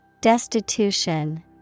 Destitution